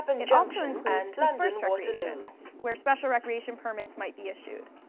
it also includes dispersed recreations, where special recreation permits might be issued.